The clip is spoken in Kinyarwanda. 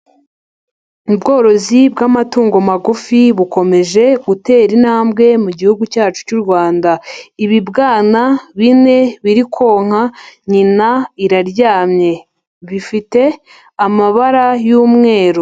Ubworozi bw'amatungo magufi bukomeje gutera intambwe mu gihugu cyacu cy'u Rwanda. Ibibwana bine biri konka nyina iraryamye. Bifite amabara y'umweru.